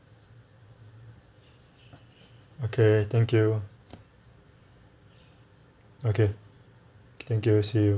okay thank you okay thank you see you